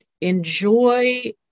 enjoy